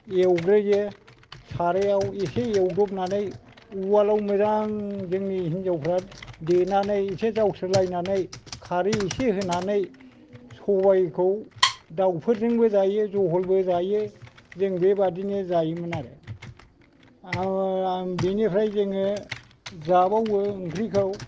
एवग्रोयो सारायाव एसे एवदबनानै उवालाव मोजां जोंनि हिनजावफ्रा देनानै एसे जावस्रो लायनानै खारै एसे होनानै सबायखौ दाउफोरजोंबो जायो जहलजोंबो जायो जों बेबायदिनो जायोमोन आरो बेनिफ्राय जोङो जाबावो ओंख्रिखौ